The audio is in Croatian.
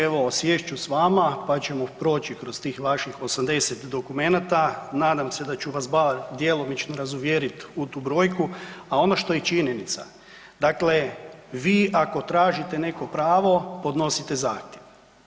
Evo sjest ću s vama pa ćemo proći kroz tih vaših 80 dokumenata, nadam se da ću vas bar djelomično razuvjerit u tu brojku a ono što je činjenica, dakle vi ako tražite neko pravo, podnosite zahtjev.